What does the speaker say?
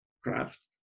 craft